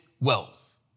wealth